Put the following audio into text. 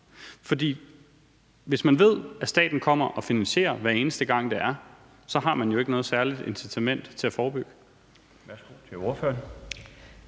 For hvis man ved, at staten kommer og finansierer det, hver eneste gang det sker, så har man jo ikke noget særligt incitament til at forebygge.